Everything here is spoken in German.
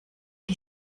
die